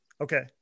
Okay